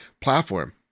platform